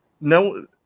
no